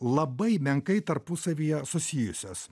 labai menkai tarpusavyje susijusios